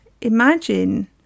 Imagine